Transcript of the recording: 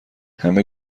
همه